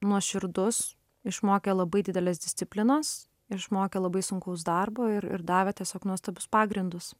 nuoširdus išmokė labai didelės disciplinos išmokė labai sunkaus darbo ir ir davė tiesiog nuostabius pagrindus